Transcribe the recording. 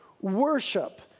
worship